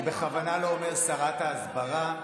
אני בכוונה לא אומר שרת ההסברה,